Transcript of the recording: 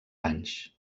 anys